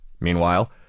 Meanwhile